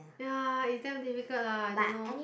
ya it damn difficult lah I don't know